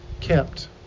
Kept